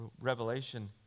revelation